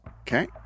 Okay